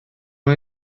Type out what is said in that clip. mae